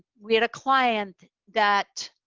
we had a client that